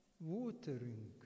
watering